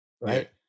Right